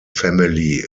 family